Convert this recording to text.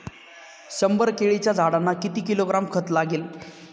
शंभर केळीच्या झाडांना किती किलोग्रॅम खत लागेल?